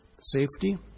Safety